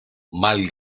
mal